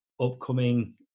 upcoming